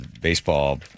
baseball